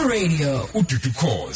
Radio